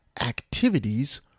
activities